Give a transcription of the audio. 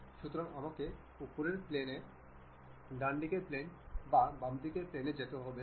সুতরাং আমাকে উপরের প্লেন ডানদিকের প্লেন বা বামদিকের প্লেনে যেতে হবে না